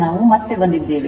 ನಾವು ಮತ್ತೆ ಹಿಂದಿರುಗುದ್ದೇವೆ